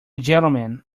gentleman